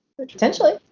potentially